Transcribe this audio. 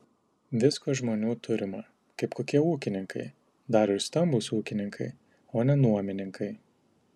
visko žmonių turima kaip kokie ūkininkai dar ir stambūs ūkininkai o ne nuomininkai